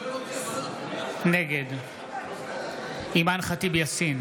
נגד אימאן ח'טיב יאסין,